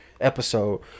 episode